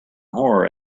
horror